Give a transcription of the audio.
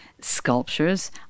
sculptures